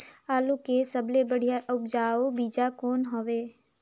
आलू के सबले बढ़िया उपजाऊ बीजा कौन हवय?